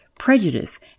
prejudice